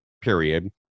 period